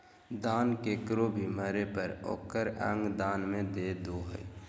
दान केकरो भी मरे पर ओकर अंग दान में दे दो हइ